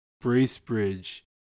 Bracebridge